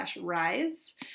rise